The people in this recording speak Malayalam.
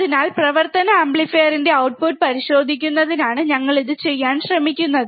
അതിനാൽ പ്രവർത്തന ആംപ്ലിഫയറിന്റെ ഔട്ട്പുട്ട് പരിശോധിക്കുന്നതിനാണ് ഞങ്ങൾ ഇത് ചെയ്യാൻ ശ്രമിക്കുന്നത്